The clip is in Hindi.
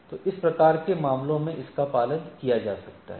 तो इस प्रकार के मामलों में इसका पालन किया जा सकता है